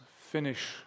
finish